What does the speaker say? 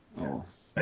Yes